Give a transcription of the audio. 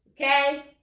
Okay